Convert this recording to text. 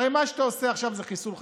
הרי מה שאתה עושה עכשיו זה חיסול חשבונות.